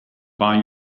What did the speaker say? buy